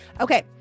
Okay